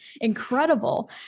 incredible